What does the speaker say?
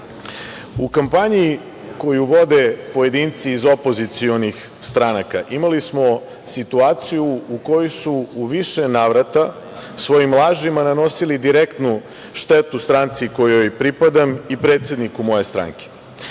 kampanji koju vode pojedinci iz opozicionih stranaka imali smo situaciju u kojoj su u više navrata svojim lažima nanosili direktnu štetu stranci kojoj pripadam i predsedniku moje stranke.